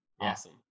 awesome